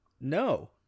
No